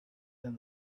than